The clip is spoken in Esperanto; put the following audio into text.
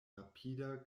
rapida